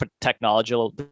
technological